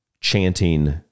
chanting